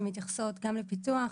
שמתייחסות גם לפיתוח,